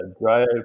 drive